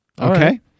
Okay